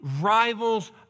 rivals